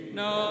no